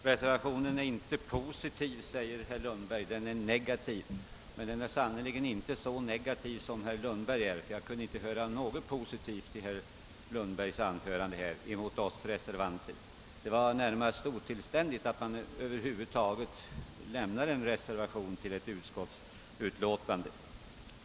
Herr talman! Herr Lundberg sade att reservationen inte är positiv utan negativ, men den är sannerligen inte så negativ som herr Lundberg, ty jag kunde inte märka något positivt i hans anförande då det gällde oss reservanter. Det verkade som om det skulle vara närmast otillständigt att över huvud taget lämna en reservation till ett utskottsutlåtande.